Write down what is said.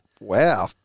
Wow